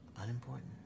unimportant